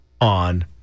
on